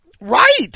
right